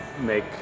make